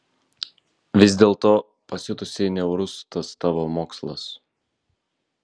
vis dėlto pasiutusiai niaurus tas tavo mokslas